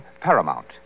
Paramount